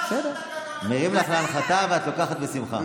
בסדר, מרים לך להנחתה, ואת לוקחת בשמחה.